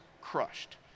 crushed